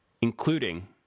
including